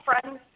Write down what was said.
friends